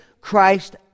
Christ